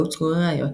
לא הוצגו ראיות,